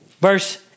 Verse